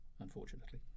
unfortunately